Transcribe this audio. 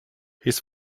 his